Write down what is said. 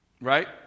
right